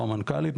או המנכ"לית,